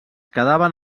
quedaven